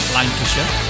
Lancashire